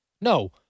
No